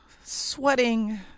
sweating